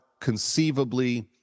conceivably